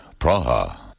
Praha